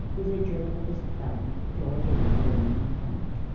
with a jerk of his thumb toward the young woman in front.